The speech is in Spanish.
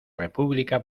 república